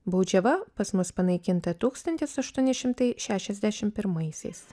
baudžiava pas mus panaikinta tūkstantis aštuoni šimtai šešiasdešim pirmaisiais